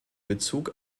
bezug